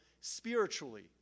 Spiritually